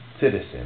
citizen